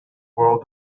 world